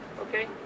Okay